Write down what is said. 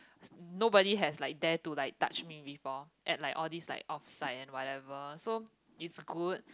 nobody has like dare to like touch me before at like all these like off site and whatever so it's good